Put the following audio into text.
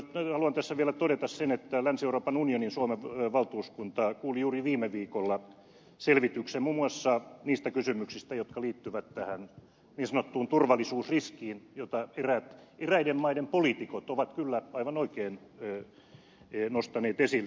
haluan tässä vielä todeta sen että länsi euroopan unionin suomen valtuuskunta kuuli juuri viime viikolla selvityksen muun muassa niistä kysymyksistä jotka liittyvät tähän niin sanottuun turvallisuusriskiin jota eräiden maiden poliitikot ovat kyllä aivan oikein nostaneet esille